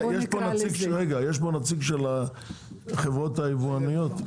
יש פה נציג של החברות היבואניות?